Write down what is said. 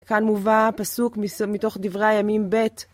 כאן מובא פסוק מתוך דברי הימים ב'